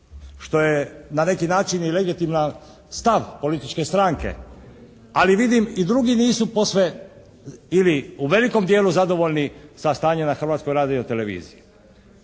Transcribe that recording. što je na neki način i legitiman stav političke stranke. Ali vidim i drugi nisu posve bili u velikom dijelu zadovoljni sa stanjem na Hrvatskoj radioteleviziji,